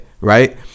right